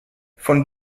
von